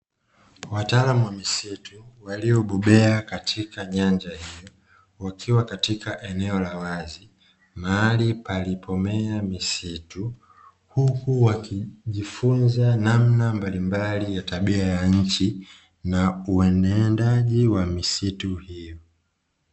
Wataalamu wa misitu waliobobea katika nyanja hiyo, wakiwa katika eneo la wazi mahali palipomea misitu. Huku wakijifunza namna mbalimbali ya tabia ya nchi na uenendaji wa misitu hiyo.